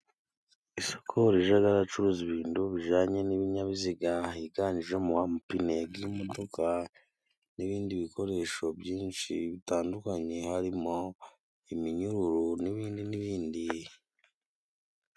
Isoko rijaga aracuruza ibintu bijyanye n'ibinyabiziga higanjemo amapine g'imodoka n'ibindi bikoresho byinshi bitandukanye harimo: iminyururu n'ibindi n'ibindi.